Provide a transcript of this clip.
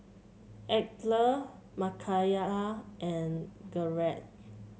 Edythe Mckayla and Garrett